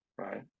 right